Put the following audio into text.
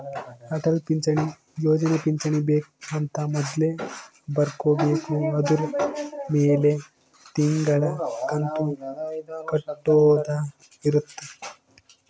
ಅಟಲ್ ಪಿಂಚಣಿ ಯೋಜನೆ ಪಿಂಚಣಿ ಬೆಕ್ ಅಂತ ಮೊದ್ಲೇ ಬರ್ಕೊಬೇಕು ಅದುರ್ ಮೆಲೆ ತಿಂಗಳ ಕಂತು ಕಟ್ಟೊದ ಇರುತ್ತ